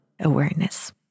awareness